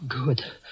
Good